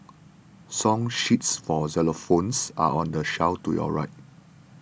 song sheets for xylophones are on the shelf to your right